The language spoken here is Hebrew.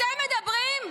אתם מדברים?